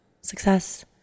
success